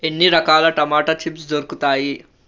ఎన్ని రకాల tomato chips దొరుకుతాయి